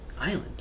Island